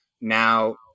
now